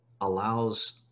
allows